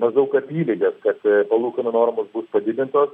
maždaug apylyges kad palūkanų normos bus padidintos